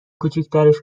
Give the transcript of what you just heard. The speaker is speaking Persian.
کوچیکترش